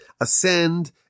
ascend